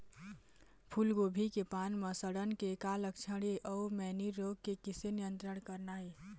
फूलगोभी के पान म सड़न के का लक्षण ये अऊ मैनी रोग के किसे नियंत्रण करना ये?